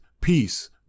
peace